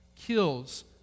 kills